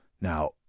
Now